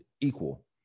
equal